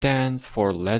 lesbian